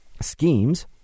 schemes